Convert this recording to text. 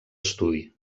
estudi